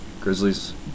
grizzlies